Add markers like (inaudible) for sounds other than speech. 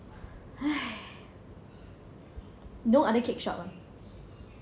(breath) don't other cake shop ah